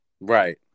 Right